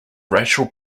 racial